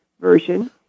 version